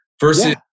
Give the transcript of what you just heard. versus